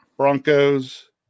Broncos